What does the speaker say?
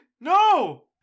No